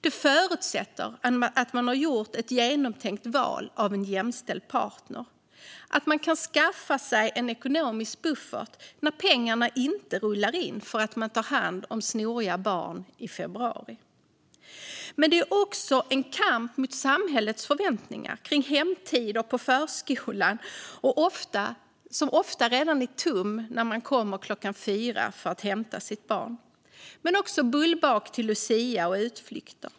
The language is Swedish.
Det förutsätter att man har gjort ett genomtänkt val av en jämställd partner och att man kan skaffa sig en ekonomisk buffert när pengarna inte rullar in för att man tar hand om snoriga barn i februari. Men det är också en kamp mot samhällets förväntningar kring hämtningstider på förskolan som ofta redan är tom när man kommer klockan fyra för att hämta sitt barn. Men det handlar också om bullbak till lucia och utflykter.